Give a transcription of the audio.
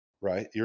Right